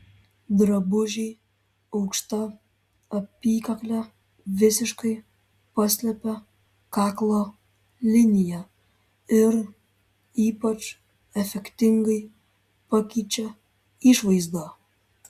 drabužiai aukšta apykakle visiškai paslepia kaklo liniją ir ypač efektingai pakeičia išvaizdą